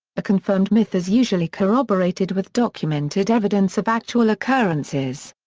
a confirmed myth is usually corroborated with documented evidence of actual occurrences.